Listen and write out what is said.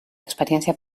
experiència